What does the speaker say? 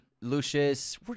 lucius